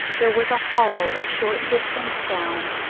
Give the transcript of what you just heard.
there was a hollow a short distance down,